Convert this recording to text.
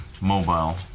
mobile